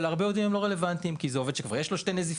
אבל להרבה עובדים הן לא רלוונטיות כי זה עובד שכבר יש לו שתי נזיפות,